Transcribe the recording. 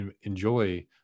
enjoy